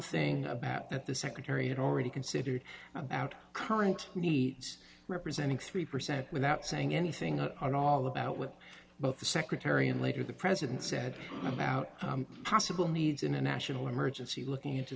thing about that the secretary had already considered out current needs representing three percent without saying anything at all about what both the secretary and later the president said about possible needs in a national emergency looking into